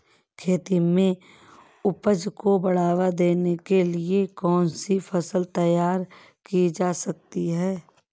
खेती में उपज को बढ़ावा देने के लिए कौन सी फसल तैयार की जा सकती है?